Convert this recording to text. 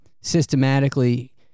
systematically